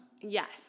Yes